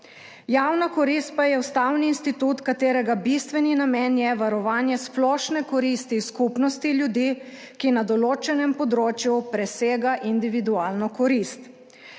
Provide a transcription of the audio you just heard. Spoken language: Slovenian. Javna korist pa je ustavni institut, katerega bistveni namen je varovanje splošne koristi skupnosti ljudi, ki na določenem področju presega individualno korist.